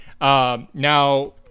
Now